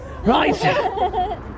Right